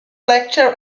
lectures